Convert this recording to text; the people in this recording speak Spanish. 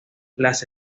las